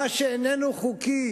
מה שאיננו חוקי